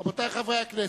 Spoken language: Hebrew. רבותי חברי הכנסת,